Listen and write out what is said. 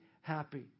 happy